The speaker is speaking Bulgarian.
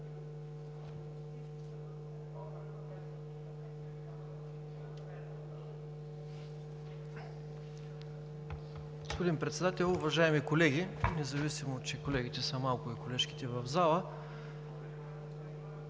Господин Председател, уважаеми колеги, независимо че колегите и колежките са малко